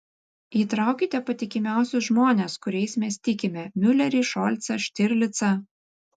įtraukite patikimiausius žmones kuriais mes tikime miulerį šolcą štirlicą